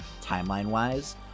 timeline-wise